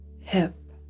hip